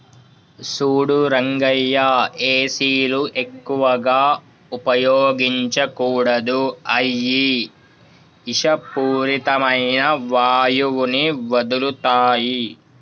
సూడు రంగయ్య ఏసీలు ఎక్కువగా ఉపయోగించకూడదు అయ్యి ఇషపూరితమైన వాయువుని వదులుతాయి